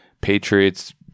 Patriots